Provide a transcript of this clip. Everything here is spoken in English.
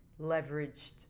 leveraged